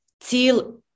till